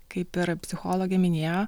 kaip ir psichologė minėjo